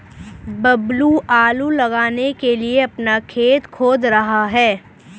बबलू आलू लगाने के लिए अपना खेत कोड़ रहा है